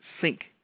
sink